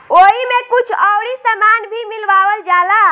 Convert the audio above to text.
ओइमे कुछ अउरी सामान भी मिलावल जाला